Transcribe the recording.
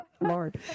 Lord